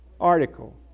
article